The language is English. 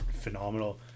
phenomenal